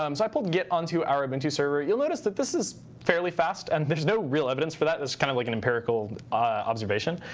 um i pulled git onto our ubuntu server. you'll notice that this is fairly fast. and there's no real evidence for that. it's kind of like an empirical observation.